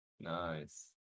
Nice